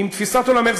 עם תפיסת עולמך,